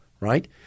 right